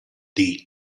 tha